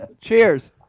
Cheers